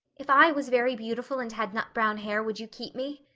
if i was very beautiful and had nut-brown hair would you keep me?